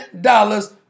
dollars